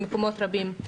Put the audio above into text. במקומות רבים.